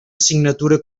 assignatura